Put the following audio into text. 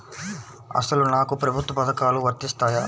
అసలు నాకు ప్రభుత్వ పథకాలు వర్తిస్తాయా?